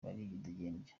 baridegembya